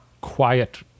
quiet